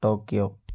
Tokyo